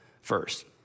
first